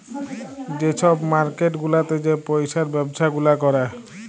যে ছব মার্কেট গুলাতে যে পইসার ব্যবছা গুলা ক্যরে